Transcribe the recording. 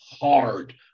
hard